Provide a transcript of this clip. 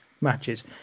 matches